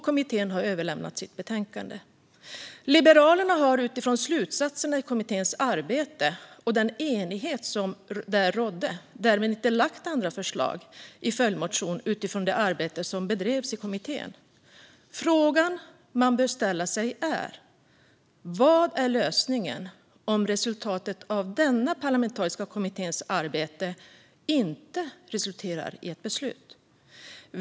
Kommittén har överlämnat sitt betänkande. Liberalerna har med utgångspunkt i slutsatserna av kommitténs arbete och den enighet som där rådde inte lagt fram några andra förslag i följdmotioner utifrån det arbete som bedrevs i kommittén. Frågan man bör ställa sig är vad lösningen är om resultatet av denna parlamentariska kommittés arbete inte leder till beslut.